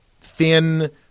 thin –